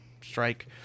strike